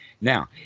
Now